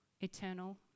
eternal